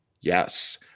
yes